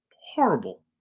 horrible